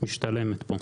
משתלמת פה.